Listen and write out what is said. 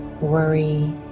worry